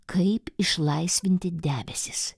kaip išlaisvinti debesis